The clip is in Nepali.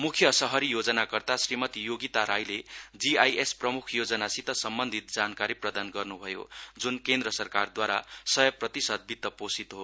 मुख्य शहरी योजनाकर्ता श्रीमती योगिता राईले जौआईएस प्रमुख योजनासित सम्बन्धित जानकारी प्रदान गर्नुभयो जुन केन्द्र सरकारद्वारा सय प्रतिशत वित्त पोषित हो